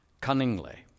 cunningly